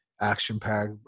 action-packed